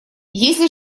если